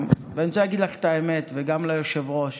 אני רוצה להגיד לך את האמת וגם ליושב-ראש.